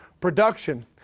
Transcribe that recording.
production